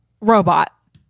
robot